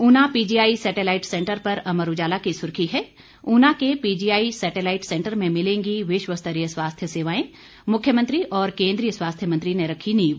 Una PGI satellite centre पर अमर उजाला की सुर्खी है ऊना के पीजीआई सैटेलाइट सैंटर में मिलेंगी विश्वस्तरीय स्वास्थ्य सेवाएं मुख्यमंत्री और केन्द्रीय स्वास्थ्य मंत्री ने रखी नींव